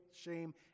shame